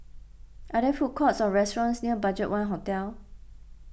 are there food courts or restaurants near Budgetone Hotel